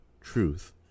truth